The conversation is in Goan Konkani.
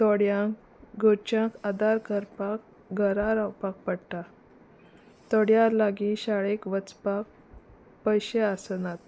थोड्यांक घरच्यांक आदार करपाक घरा रावपाक पडटा थोड्या लागीं शाळेक वचपाक पयशे आसनात